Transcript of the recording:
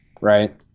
right